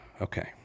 Okay